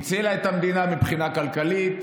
היא הצילה את המדינה מבחינה כלכלית,